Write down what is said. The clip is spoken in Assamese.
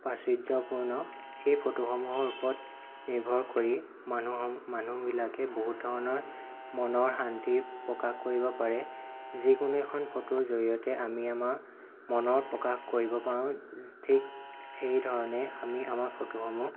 আশ্চৰ্য্যপূৰ্ণ সেই ফসটোসমূহৰ ওপৰত নিৰ্ভৰ কৰি মানুহক মানুহবিলাকে বহুত ধৰণৰ মনৰ শান্তি প্ৰকাশ কৰিব পাৰে যিকোনো এখন ফটোৰ জড়িয়তে আমি আমাৰ মনৰ প্ৰকাশ কৰিব পাৰোঁ ঠিক সেইধৰণে আমি আমাৰ ফটোসমূহ